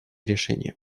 решения